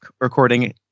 recording